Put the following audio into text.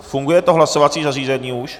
Funguje to hlasovací zařízení už?